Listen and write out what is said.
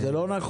זה לא נכון?